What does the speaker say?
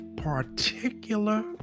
particular